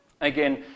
Again